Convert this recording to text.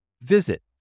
Visit